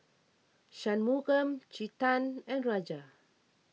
Shunmugam Chetan and Raja